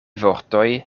vortoj